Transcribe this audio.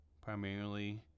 primarily